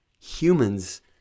Humans